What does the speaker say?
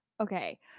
Okay